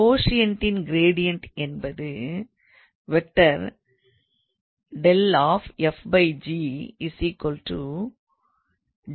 கோஷியண்ட்டின் gradient என்பது ஆகும்